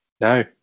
no